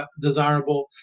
desirable